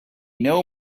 know